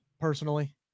personally